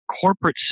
corporate